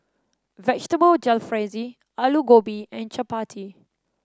Vegetable Jalfrezi Alu Gobi and Chapati